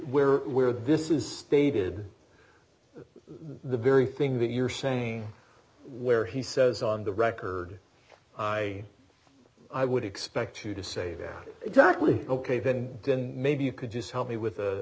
where where this is stated the very thing that you're saying where he says on the record i i would expect you to say that exactly ok then maybe you could just help me with